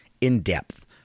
in-depth